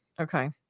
okay